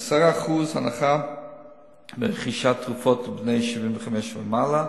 10% הנחה ברכישת תרופות לבני 75 ומעלה.